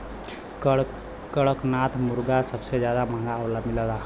कड़कनाथ मुरगा सबसे जादा महंगा मिलला